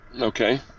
okay